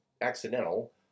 accidental